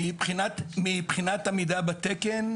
מבחינת עמידה בתקן,